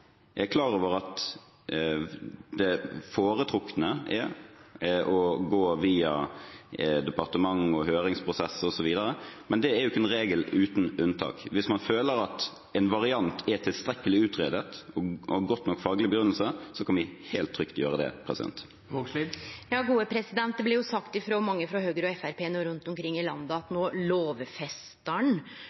Jeg er klar over at det foretrukne er å gå via departement og høringsprosess, men det er ingen regel uten unntak. Hvis man føler at en variant er tilstrekkelig utredet og godt nok faglig begrunnet, kan vi helt trygt gjøre det. Det blir sagt frå mange frå Høgre og Framstegspartiet rundt omkring i landet at